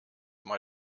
mal